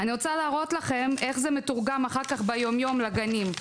אני רוצה להראות לכם איך זה מתורגם אחר כך ביום-יום לגנים.